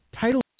title